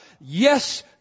Yes